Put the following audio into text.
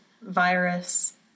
virus